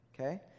Okay